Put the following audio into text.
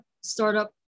startup